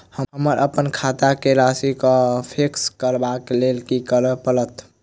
हमरा अप्पन खाता केँ राशि कऽ फिक्स करबाक लेल की करऽ पड़त?